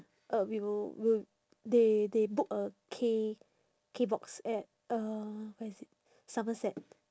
uh we will we'll they they book a K K box at uh where is it somerset